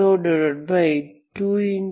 4